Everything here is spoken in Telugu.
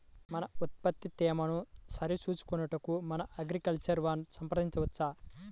మన ఉత్పత్తి తేమను సరిచూచుకొనుటకు మన అగ్రికల్చర్ వా ను సంప్రదించవచ్చా?